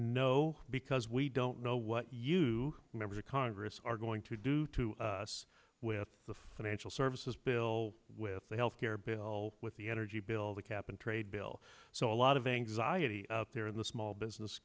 no because we don't know what you members of congress are going to do to us with the financial services bill with the health care bill with the energy bill the cap and trade bill so a lot of anxiety out there in the small business